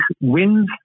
wins